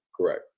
correct